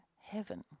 heaven